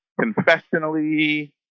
confessionally